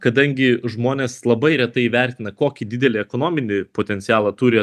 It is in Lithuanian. kadangi žmonės labai retai įvertina kokį didelį ekonominį potencialą turi